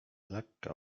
lekka